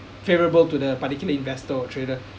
favourable to the particular investor or trader